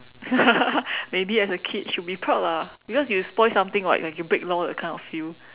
ya maybe as a kid should be proud lah because you spoil something [what] like you break the law that kind of feel